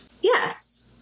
Yes